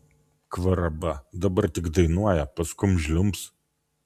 kvaraba dabar tik dainuoja paskum žliumbs